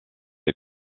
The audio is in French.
est